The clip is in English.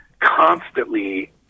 constantly